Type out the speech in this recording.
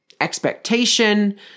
expectation